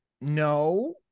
No